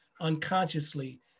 unconsciously